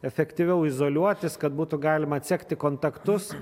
efektyviau izoliuotis kad būtų galima atsekti kontaktus